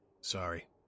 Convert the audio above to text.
sorry